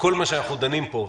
כל מה שאנחנו דנים פה,